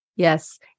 Yes